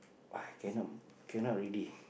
I cannot cannot already